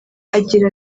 agira